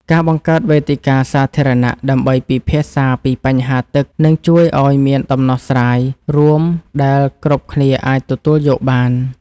ការបង្កើតវេទិកាសាធារណៈដើម្បីពិភាក្សាពីបញ្ហាទឹកនឹងជួយឱ្យមានដំណោះស្រាយរួមដែលគ្រប់គ្នាអាចទទួលយកបាន។